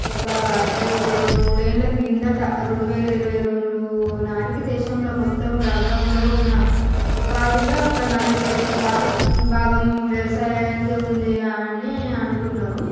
ఒక అంటే రెండు మూడు ఏళ్ళ క్రిందట రెండువేల ఇరవైరెండు నాటికి దేశంలో మొత్తం రంగంలో ఉన్న ఉపాధిలో ఒక నలభై ఒక్క శాతం భాగం వ్యవసాయానికి ఉంది అని అంటున్నారు